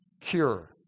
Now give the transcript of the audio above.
cure